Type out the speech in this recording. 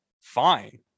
fine